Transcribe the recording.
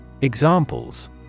Examples